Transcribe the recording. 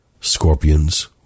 Scorpions